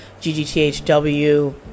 GGTHW